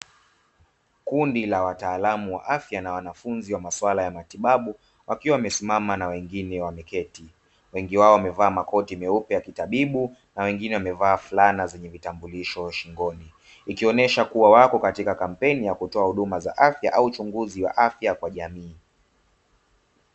Kundi la wataalamu wa afya na wanafunzi wa maswala ya matibabu, wakiwa wamesimama na wengine wameketi, wengi wao wamevaa makoti meupe ya kitabibu na wengine wamevaa fulana zenye vitambulisho shingoni. Ikionesha kuwa wako katika kampeni ya kutoa huduma za afya au uchunguzi wa afya kwa jamii.